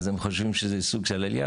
אז הם חושבים שזה סוג של עלייה,